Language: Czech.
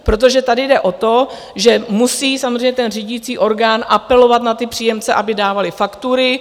Protože tady jde o to, že musí samozřejmě ten řídící orgán apelovat na ty příjemce, aby dávali faktury.